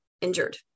injured